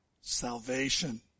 salvation